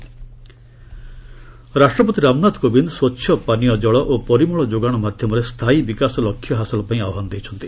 president ରାଷ୍ଟ୍ରପତି ରାମନାଥ କୋବିନ୍ଦ ସ୍ୱଚ୍ଚ ପାନୀୟ ଜଳ ଓ ପରିମଳ ଯୋଗାଣ ମାଧ୍ୟମରେ ସ୍ଥାୟୀ ବିକାଶ ଲକ୍ଷ୍ୟ ହାସଲ ପାଇଁ ଆହ୍ୱାନ ଦେଇଛନ୍ତି